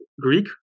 Greek